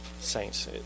saints